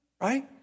Right